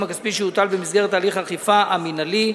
הכספי שיוטל במסגרת הליך האכיפה המינהלי.